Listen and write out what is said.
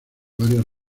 varias